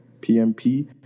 PMP